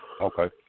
Okay